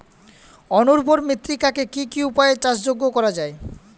অনুর্বর মৃত্তিকাকে কি কি উপায়ে চাষযোগ্য করা যায়?